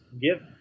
give